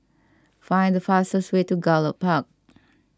find the fastest way to Gallop Park